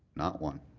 not one.